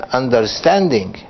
understanding